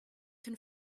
can